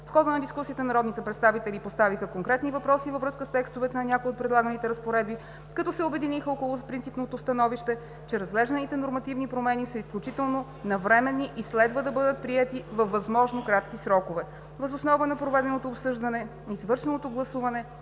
В хода на дискусията народните представители поставиха конкретни въпроси във връзка с текстовете на някои от предлаганите разпоредби, като се обединиха около принципното становище, че разглежданите нормативни промени са изключително навременни и следва да бъдат приети във възможно кратки срокове. Въз основа на проведеното обсъждане и извършеното гласуване